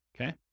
okay